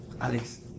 Alex